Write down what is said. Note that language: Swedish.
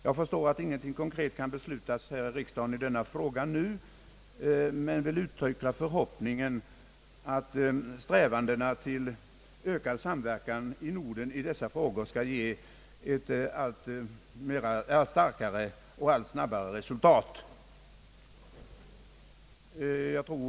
Jag förstår att ingenting konkret kan beslutas här i riksdagen i denna fråga nu, men jag vill uttrycka förhoppningen att strävandena till ökad samverkan i Norden i dessa frågor skall ge ett allt starkare och snabbare resultat.